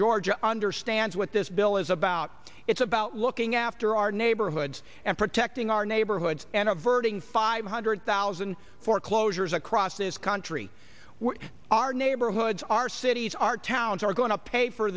georgia understands what this bill is about it's about looking after our neighborhoods and protecting our neighborhoods and averting five hundred thousand foreclosures across this country where our neighborhoods our cities our towns are going to pay for